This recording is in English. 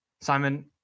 Simon